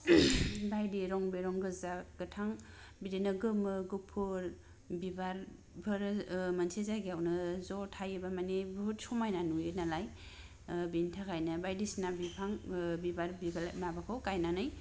बायदि रं बिरं गोजा गोथां बिदिनो गोमो गुफुर बिबारफोर ओ मोनसे जायगायावनो ज' थायोबा माने बुहुद समायना नुयो नालाय ओ बेनि थाखायनो बायदिसिना बिफां ओ बिबार बिबार माबाखौ गायनानै